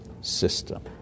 system